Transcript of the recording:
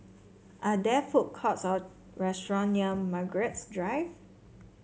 are there food courts or restaurant near Margaret's Drive